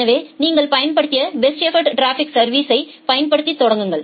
எனவே நீங்கள் பயன்படுத்தி பெஸ்ட் எஃபோர்ட் டிராபிக் சர்விஸ்களைப் பயன்படுத்தத் தொடங்குங்கள்